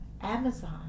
Amazon